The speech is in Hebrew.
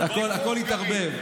זה הכול התערבב.